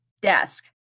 desk